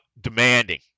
demanding